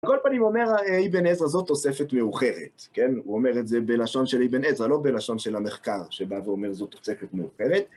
בכל פנים אומר האבן עזרא, זאת תוספת מאוחרת, כן? הוא אומר את זה בלשון של אבן עזרא, לא בלשון של המחקר שבא ואומר זאת תוספת מאוחרת.